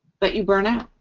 but you burn out.